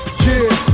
to